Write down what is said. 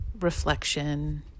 reflection